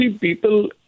people